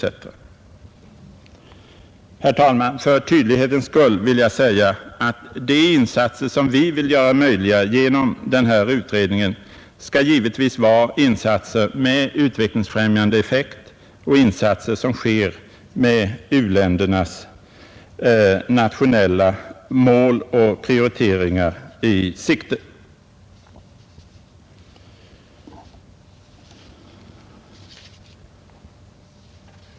Herr talman! För tydlighetens skull vill jag säga att de insatser som vi vill göra möjliga genom den här utredningen givetvis skall vara insatser med utvecklingsfrämjande effekter och insatser som sker med u-ländernas nationella mål och prioriteringar i sikte.